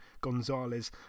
Gonzalez